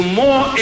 more